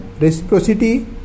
reciprocity